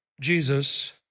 Jesus